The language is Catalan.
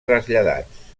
traslladats